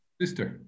Sister